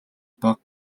бага